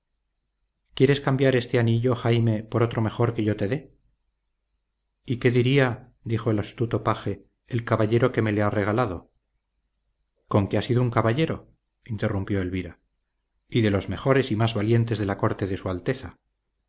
quieres cambiar este anillo jaime por otro mejor que yo te dé y qué diría dijo el astuto paje el caballero que me le ha regalado con que ha sido caballero interrumpió elvira y de los mejores y más valientes de la corte de su alteza